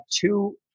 two